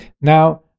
now